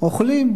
אוכלים.